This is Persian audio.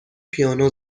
پیانو